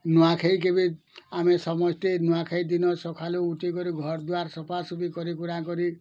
ନୂଆଖାଇ କେବେ ଆମେ ସମସ୍ତେ ନୂଆଖାଇ ଦିନ ସଖାଲୁ ଉଠିକରି ଘରଦ୍ୱାର ସଫାସୁଫି କରି ଗୁଡ଼ାକରି